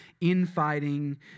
infighting